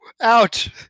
ouch